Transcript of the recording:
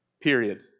Period